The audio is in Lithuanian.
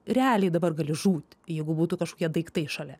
realiai dabar gali žūt jeigu būtų kažkokie daiktai šalia